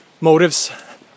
motives